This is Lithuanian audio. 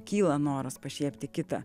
kyla noras pašiepti kitą